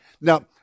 Now